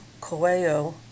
Coelho